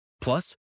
Plus